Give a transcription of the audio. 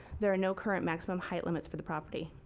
there are no current maximum height limits for the property.